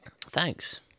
Thanks